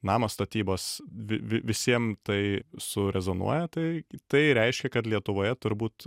namo statybos v vi visiem tai surezonuoja tai tai reiškia kad lietuvoje turbūt